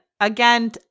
Again